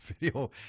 video